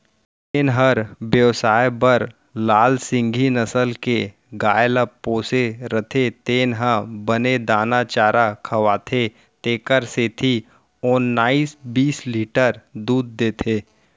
जेन हर बेवसाय बर लाल सिंघी नसल के गाय ल पोसे रथे तेन ह बने दाना चारा खवाथे तेकर सेती ओन्नाइस बीस लीटर दूद देथे